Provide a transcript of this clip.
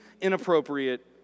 inappropriate